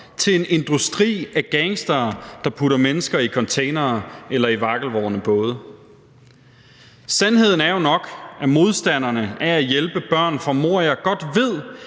og en industri af gangstere, der putter mennesker i containere eller i vakkelvorne både. Sandheden er jo nok, at modstanderne af at hjælpe børn fra Moria godt ved,